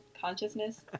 consciousness